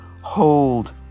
hold